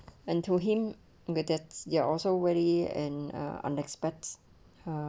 and to him that you are also wary and ah unexpected